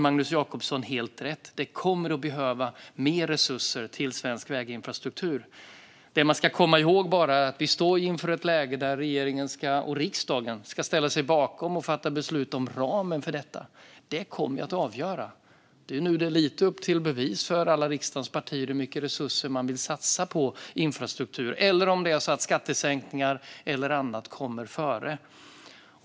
Magnus Jacobsson har här helt rätt; det kommer att behövas mer resurser till svensk väginfrastruktur. Man ska dock komma ihåg att vi står inför ett läge där regeringen och riksdagen ska ställa sig bakom och fatta beslut om ramen för detta. Det kommer att avgöra. Nu är det lite upp till bevis för alla riksdagens partier hur mycket resurser de vill satsa på infrastruktur - eller om skattesänkningar eller annat kommer före.